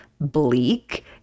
bleak